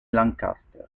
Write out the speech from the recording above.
lancaster